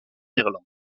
irlande